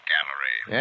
Gallery